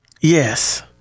yes